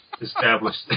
established